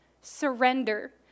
surrender